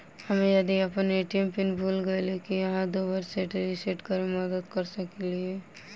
हम्मे यदि अप्पन ए.टी.एम पिन भूल गेलियै, की अहाँ दोबारा सेट रिसेट करैमे मदद करऽ सकलिये?